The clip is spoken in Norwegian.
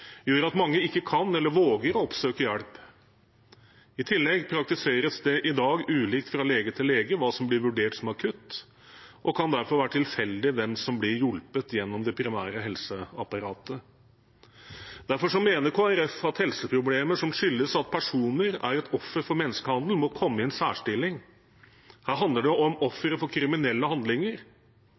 gjør at mange ikke kan eller våger å oppsøke hjelp. I tillegg praktiseres det i dag ulikt fra lege til lege hva som blir vurdert som akutt, og det kan derfor være tilfeldig hvem som blir hjulpet gjennom det primære helseapparatet. Derfor mener Kristelig Folkeparti at helseproblemer som skyldes at personer er offer for menneskehandel, må komme i en særstilling. Her handler det om ofre for kriminelle handlinger.